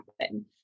happen